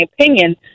opinion